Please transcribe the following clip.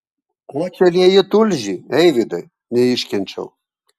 ko čia lieji tulžį eivydai neiškenčiau